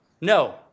No